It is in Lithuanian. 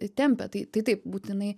tempia tai tai taip būtinai